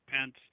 Pence